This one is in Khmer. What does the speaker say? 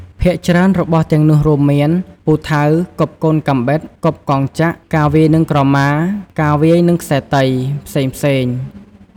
ភាគច្រើនរបស់ទាំងនោះរួមមាន ពូថៅ គប់កូនកាំបិត គប់កងចក្រ ការវាយនិងក្រម៉ា ការវាយនិងខ្សែរទី ផ្សេងៗ ។